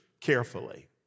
carefully